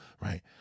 right